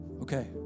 Okay